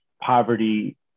poverty